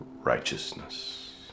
righteousness